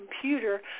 computer